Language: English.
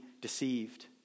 deceived